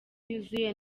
yuzuye